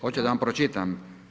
Hoćete da vam pročitam?